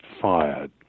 fired